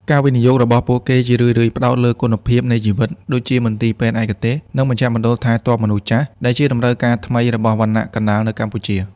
ការវិនិយោគរបស់ពួកគេជារឿយៗផ្ដោតលើ "គុណភាពនៃជីវិត" ដូចជាមន្ទីរពេទ្យឯកទេស និងមជ្ឈមណ្ឌលថែទាំមនុស្សចាស់ ដែលជាតម្រូវការថ្មីរបស់វណ្ណៈកណ្ដាលនៅកម្ពុជា។